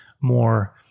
more